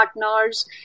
partners